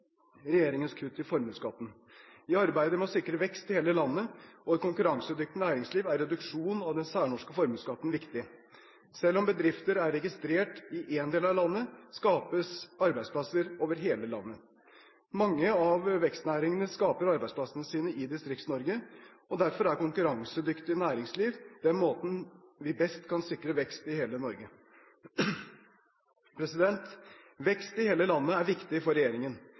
regjeringens kutt i formuesskatten. I arbeidet med å sikre vekst i hele landet og et konkurransedyktig næringsliv er reduksjon av den særnorske formuesskatten viktig. Selv om bedrifter er registrert i én del av landet, skapes arbeidsplasser over hele landet. Mange av vekstnæringene skaper arbeidsplassene sine i Distrikts-Norge, og derfor er konkurransedyktig næringsliv den måten vi best kan sikre vekst i hele Norge. Vekst i hele landet er viktig for regjeringen.